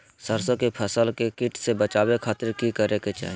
सरसों की फसल के कीट से बचावे खातिर की करे के चाही?